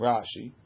Rashi